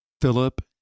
Philip